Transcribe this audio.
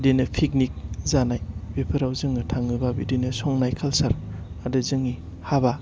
बिदिनो पिकनिक जानाय बेफोराव जोङो थाङोबा बिदिनो संनाय कालचार आरो जोंनि हाबा